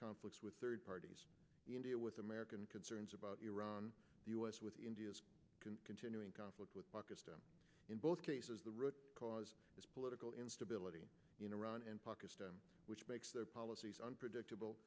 conflicts with third parties india with american concerns about iran the us with india's continuing conflict with pakistan in both cases the root cause is political instability in iran and pakistan which makes their policies unpredictable